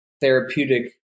therapeutic